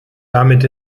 damit